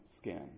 skin